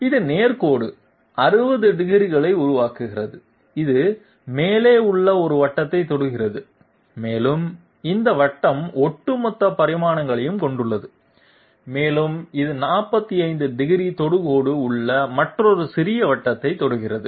ஒரு நேர்கோடு 60 டிகிரிகளை உருவாக்குகிறது அது மேலே உள்ள ஒரு வட்டத்தைத் தொடுகிறது மேலும் இந்த வட்டம் ஒட்டுமொத்த பரிமாணங்களைக் கொண்டுள்ளது மேலும் இது 45 டிகிரி தொடுகோடு உள்ள மற்றொரு சிறிய வட்டத்தைத் தொடுகிறது